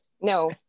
No